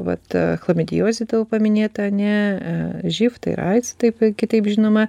vat chlamidijozė tavo paminėta ane živ tai yra aids taip kitaip žinoma